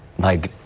like